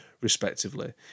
respectively